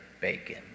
bacon